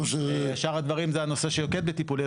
שאר הדברים זה נושא שהוא כן בטיפולי,